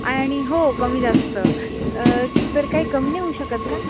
आणि हो कमीजास्त तर काही कमी नाही होऊ शकत का